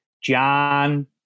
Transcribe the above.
john